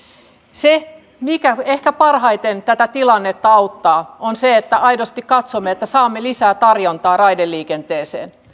se mikä ehkä parhaiten tätä tilannetta auttaa on se että aidosti katsomme että saamme lisää tarjontaa raideliikenteeseen